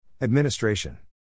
Administration